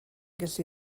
gallu